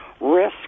risk